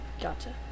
Gotcha